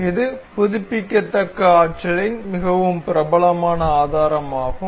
இது புதுப்பிக்கத்தக்க ஆற்றலின் மிகவும் பிரபலமான ஆதாரமாகும்